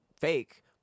fake